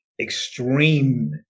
extreme